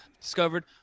discovered